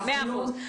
כן, מאה אחוז.